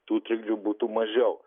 tų trikdžių būtų mažiau